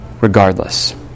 Regardless